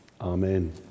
Amen